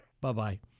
Bye-bye